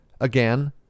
Again